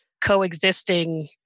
coexisting